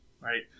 right